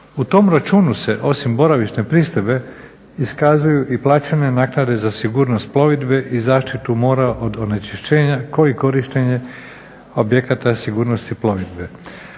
U tom računu se osim boravišne pristojbe iskazuju i plaćene naknade za sigurnost plovidbe i zaštitu mora od onečišćenja kao i korištenje objekata sigurnosti plovidbe.